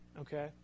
Okay